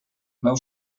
meu